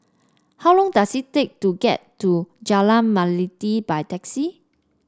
how long does it take to get to Jalan Melati by taxi